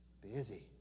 Busy